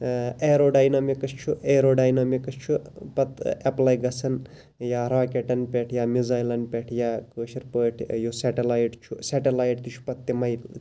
aerodynamics چھُ aerodynamics چھُ پَتہٕ ایٚپلاے گَژھان یا راکیٚٹَن پٮ۪ٹھ یا مِزایلَن پٮ۪ٹھ یا کٲشِر پٲٹھۍ یُس سیٚٹَلایِٹ چھُ سیٚٹَلایِٹ تہِ چھُ پَتہٕ تِمے